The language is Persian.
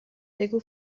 بگو